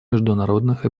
международных